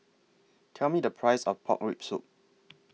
Tell Me The Price of Pork Rib Soup